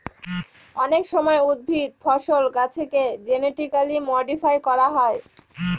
অনেক সময় উদ্ভিদ, ফসল, গাছেকে জেনেটিক্যালি মডিফাই করা হয়